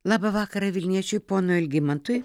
labą vakarą vilniečiui ponui algimantui